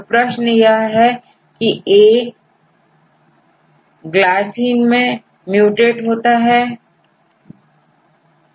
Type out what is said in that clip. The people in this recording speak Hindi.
तो प्रश्न यह हैA ए GLYCINE मैं MUTATEहोता है